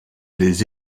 les